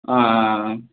ஆ ஆ ஆ